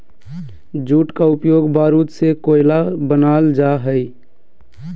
jute का उपयोग बारूद से कोयला बनाल जा हइ